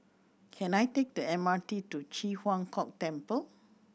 can I take the M R T to Ji Huang Kok Temple